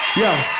yeah,